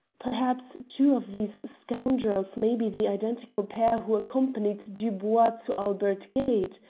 perhaps two of these scoundrels may be the identical pair who accompanied dubois to albert gate.